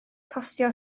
costio